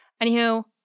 Anywho